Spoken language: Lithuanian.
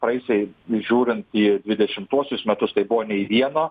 praėjusiai žiūrint į dvidešimtuosius metus tai buvo nei vieno